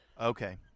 Okay